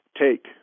take